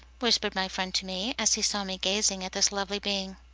whispered my friend to me, as he saw me gazing at this lovely being.